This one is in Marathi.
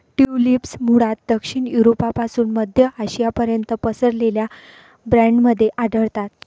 ट्यूलिप्स मूळतः दक्षिण युरोपपासून मध्य आशियापर्यंत पसरलेल्या बँडमध्ये आढळतात